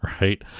right